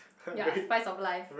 ya spice of life